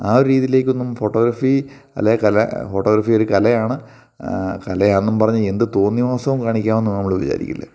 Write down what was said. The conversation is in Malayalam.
ആ ഒരു രീതിയിലേക്കൊന്നും ഫോട്ടോഗ്രഫി അല്ലെ കല ഫോട്ടോഗ്രാഫി ഒരു കലയാണ് കലയാണെന്നു പറഞ്ഞു എന്ത് തോന്ന്യാസവും കാണിക്കാമെന്ന് നമ്മൾ വിചാരിക്കില്ല